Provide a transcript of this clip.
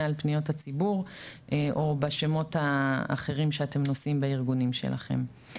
על פניות הציבור או בשמות האחרים שאתם נושאים בארגונים שלכם.